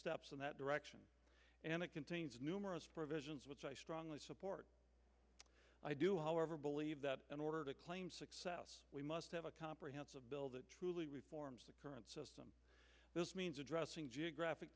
steps in that direction and it contains numerous provisions which i strongly support i do however believe that in order to claim we must have a comprehensive bill that truly reform the current system this means addressing geographic